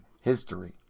history